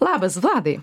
labas vladai